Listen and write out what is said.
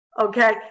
Okay